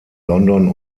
london